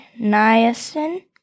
niacin